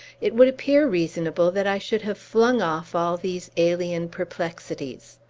it would appear reasonable that i should have flung off all these alien perplexities.